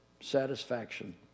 satisfaction